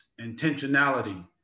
intentionality